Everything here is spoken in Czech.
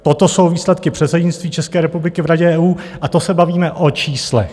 Toto jsou výsledky předsednictví České republiky v Radě EU, a to se bavíme o číslech.